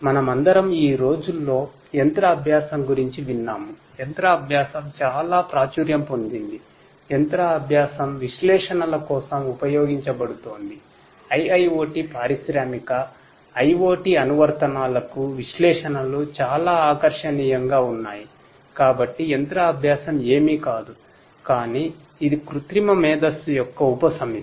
మనమందరం ఈ రోజుల్లో మెషిన్ లెర్నింగ్ యొక్క ఉపసమితి